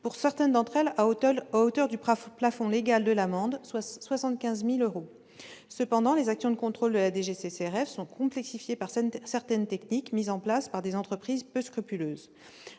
pour certaines d'entre elles à hauteur du plafond légal de l'amende, soit 75 000 euros. Toutefois, les actions de contrôle de la DGCCRF sont complexifiées par certaines techniques mises en place par des entreprises peu scrupuleuses.